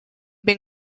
been